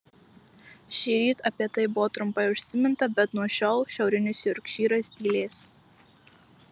šįryt apie tai buvo trumpai užsiminta bet nuo šiol šiaurinis jorkšyras tylės